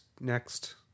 Next